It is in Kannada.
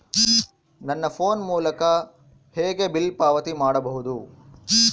ನನ್ನ ಫೋನ್ ಮೂಲಕ ಹೇಗೆ ಬಿಲ್ ಪಾವತಿ ಮಾಡಬಹುದು?